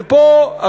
ופה,